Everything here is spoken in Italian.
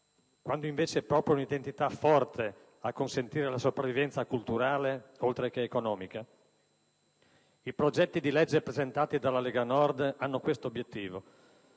quando invece è proprio un'identità forte a consentire la sopravvivenza culturale, oltre che economica. I progetti di legge presentati dalla Lega Nord hanno questo obiettivo.